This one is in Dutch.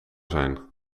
zijn